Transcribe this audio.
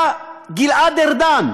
בא גלעד ארדן,